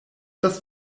das